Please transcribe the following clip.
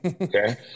Okay